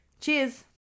Cheers